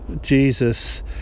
Jesus